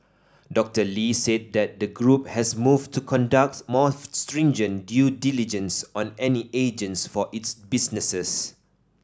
Doctor Lee said that the group has moved to conduct more stringent due diligence on any agents for its businesses